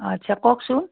আচ্ছা কওকচোন